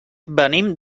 venim